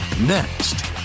next